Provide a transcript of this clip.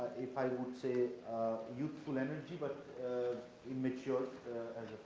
if i would say youthful energy, but immature as